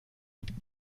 mit